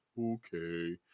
Okay